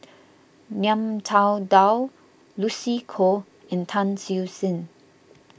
Ngiam Tong Dow Lucy Koh and Tan Siew Sin